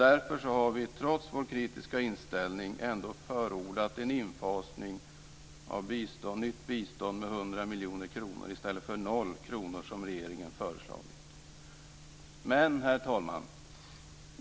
Därför har vi trots vår kritiska inställning förordat en infasning av nytt bistånd med 100 miljoner kronor i stället för 0 kr, som regeringen föreslagit. Herr talman!